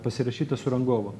pasirašyta su rangovu